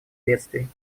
бедствий